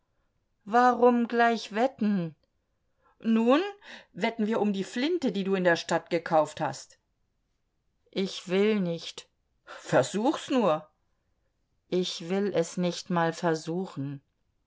warum gleich wetten nun wetten wir um die flinte die du in der stadt gekauft hast ich will nicht versuch's nur ich will es nicht mal versuchen